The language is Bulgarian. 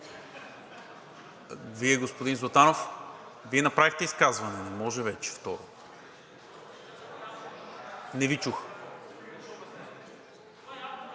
Вие, господин Златанов? Вие направихте изказване, не може вече второ. (Шум